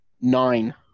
nine